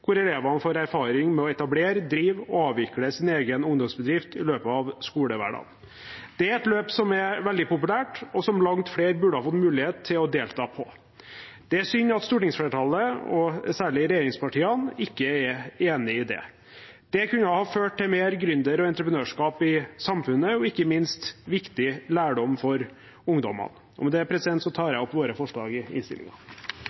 hvor elevene får erfaring med å etablere, drive og avvikle sin egen ungdomsbedrift i løpet av skolehverdagen. Det er et løp som er veldig populært, og som langt flere burde fått mulighet til å delta på. Det er synd at stortingsflertallet – og særlig regjeringspartiene – ikke er enig i det. Det kunne ha ført til mer gründer- og entreprenørskap i samfunnet og ikke minst viktig lærdom for ungdommene. Med det